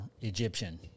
egyptian